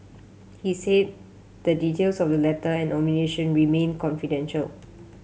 he said the details of the letter and nomination remain confidential